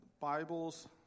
Bibles